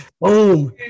boom